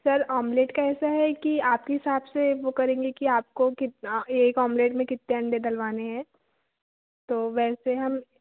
sir omelette का ऐसा है कि आपके हिसाब से वह करेंगे कि आपको कितना एक आमलेट में कितने अंडे डलवाने हैं तो वैसे हम